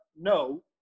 No